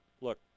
Look